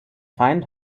feind